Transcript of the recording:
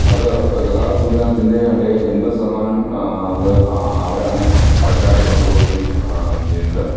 അത് ഗതാഗത സംവിധാനത്തിൻ്റെ ഏതാണ്ട് എൺപത് ശതമാനം അത് ആ അവരാണ് ആൾക്കാരെ കൊണ്ടുപോകുകയും ചെയ്യുന്നത്